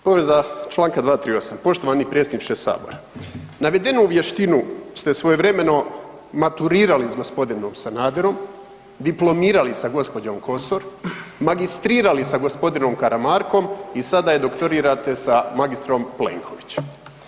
Povreda Članka 238., poštovani predsjedniče sabora navedenu vještinu ste svojevremeno maturirali s gospodinom Sanaderom, diplomirali sa gospođom Kosor, magistrirali sa gospodinom Karamarkom i sada je doktirate sa magistrom Plenkovićem.